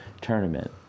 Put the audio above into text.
tournament